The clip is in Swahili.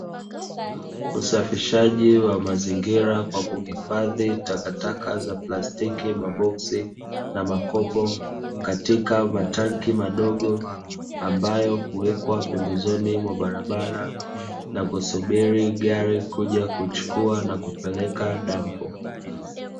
Usafishaji wa mazingira kwa kuhifadhi takataka za plastiki maboksi na makopo katika matanki madogo, ambayo huwekwa pembezoni mwa barabara na kusubiri gari kuja kuchukua kupeleka dampo.